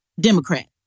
Democrat